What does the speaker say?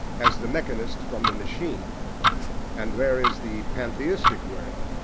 as the mechanist from the machine and there is the pantheistic way,